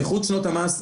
לאיחוד שנות המס,